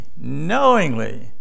knowingly